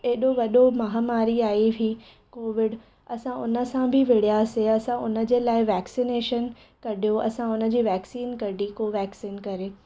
एॾो वॾो महामारी आई हुई कोविड असां उनसां बि विड़ियासीं असां उनजे लाइ वैक्सिनेशन कढियो असां उनजी वैक्सीन कढी को वेक्सीन करे